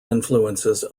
influences